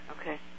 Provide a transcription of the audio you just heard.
Okay